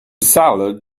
salad